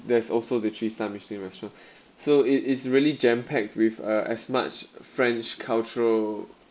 there is also the cheese time as you mentioned so it is really jam packed with uh as much french cultural